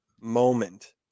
moment